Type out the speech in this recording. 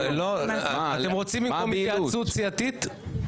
אתם רוצים במקום התייעצות סיעתית?